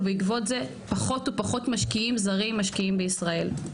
ובעקבות זה פחות ופחות משקיעים זרים משקיעים בישראל.